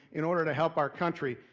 in order to help our country.